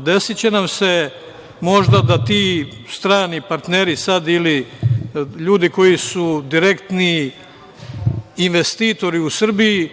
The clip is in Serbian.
desiće nam se možda da ti strani partneri sada ili ljudi koji su direktni investitori u Srbiji